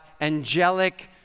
angelic